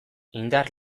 indar